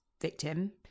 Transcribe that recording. victim